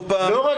פעם